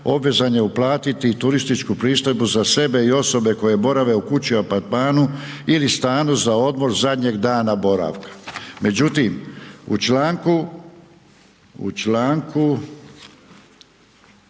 obvezan je uplatiti turističku pristojbu za sebe i osobe koje borave u kući, apartmanu ili stanu za odmor zadnjeg dana boravka. Međutim, u Članku